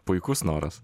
puikus noras